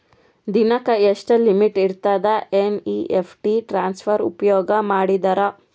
ದಿನಕ್ಕ ಎಷ್ಟ ಲಿಮಿಟ್ ಇರತದ ಎನ್.ಇ.ಎಫ್.ಟಿ ಟ್ರಾನ್ಸಫರ್ ಉಪಯೋಗ ಮಾಡಿದರ?